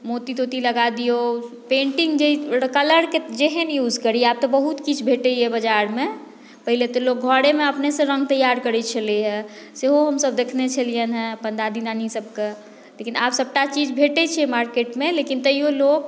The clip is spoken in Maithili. मोती तोती लगा दियौ पेन्टिंग जे कलरकेँ जेहन युज करी आएब तऽ बहुत किछु भेटैया बाजारमे पहिले तऽ घरेमे लोक अपने से रङ्ग तैयार करै छलैया सेहो हमसभ देखने छलियैन हँ अपन दादी नानी सभके लेकिन आब सभटा चीज भेटै छै मार्केट मे लेकिन तैयो लोक